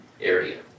area